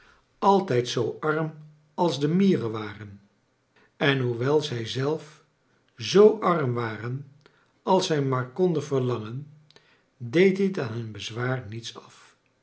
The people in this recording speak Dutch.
altijd zoo arm als de mieren waren en hoevrel zij zelf zoo arm waren als zij maar konden ver langen deed dit aan hun bezwaar niets af